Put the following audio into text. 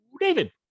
David